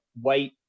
white